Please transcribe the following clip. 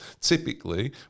typically